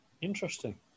Interesting